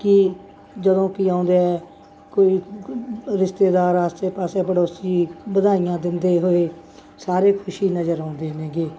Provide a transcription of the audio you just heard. ਕਿ ਜਦੋਂ ਕਿ ਆਉਂਦਾ ਕੋਈ ਰਿਸ਼ਤੇਦਾਰ ਆਸੇ ਪਾਸੇ ਪੜੋਸੀ ਵਧਾਈਆਂ ਦਿੰਦੇ ਹੋਏ ਸਾਰੇ ਖੁਸ਼ ਨਜ਼ਰ ਆਉਂਦੇ ਨੇਗੇ